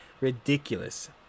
ridiculous